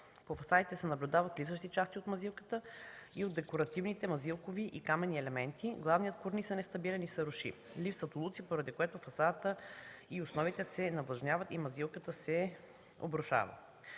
По стаите се наблюдават липсващи части от мазилката и от декоративните мазилкови и каменни елементи, главният корниз е нестабилен и се руши. Липсват улуци, поради което фасадата и основите се навлажняват и мазилката се обрушава”.